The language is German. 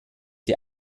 dir